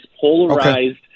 polarized